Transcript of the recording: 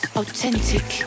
authentic